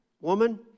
Woman